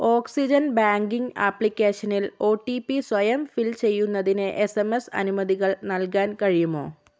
oxygen banking ആപ്ലിക്കേഷനിൽ O T P സ്വയം fill ചെയ്യുന്നതിന് എസ് എം എസ് അനുമതികൾ നൽകാൻ കഴിയുമോ